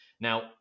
Now